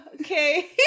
okay